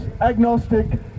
agnostic